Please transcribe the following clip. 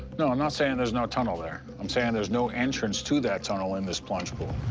no, i'm not saying there's no tunnel there. i'm saying there's no entrance to that tunnel in this plunge pool.